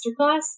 masterclass